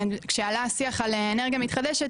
כשעלה השיח על אנרגיה מתחדשת,